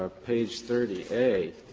ah page thirty a,